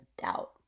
doubt